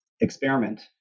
experiment